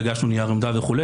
והגשנו נייר עמדה וכו'.